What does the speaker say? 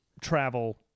travel